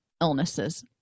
illnesses